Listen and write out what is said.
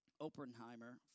Oppenheimer